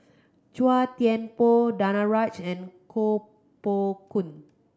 Chua Thian Poh Danaraj and Koh Poh Koon